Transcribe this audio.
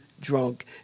drunk